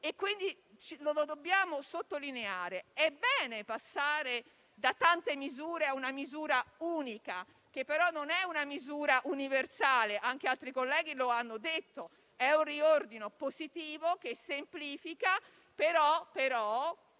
fondo, lo dobbiamo sottolineare. È bene passare da tante misure a una misura unica, che però non è una misura universale, come anche altri colleghi hanno detto: è un riordino positivo che semplifica. Però